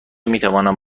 میتوانم